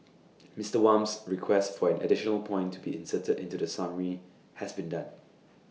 Mister Wham's request for an additional point to be inserted into the summary has been done